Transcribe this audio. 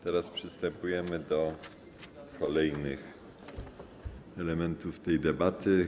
Teraz przystępujemy do kolejnych elementów tej debaty.